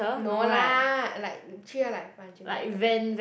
no lah like treat her like punching bag okay